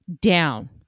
down